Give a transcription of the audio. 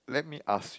let me ask